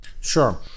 Sure